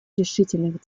решительных